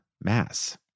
Mass